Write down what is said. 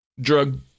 Drug